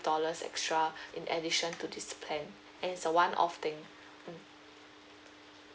dollars extra in addition to this plan and is a one-off thing mm